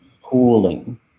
pooling